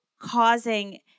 causing